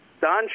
Don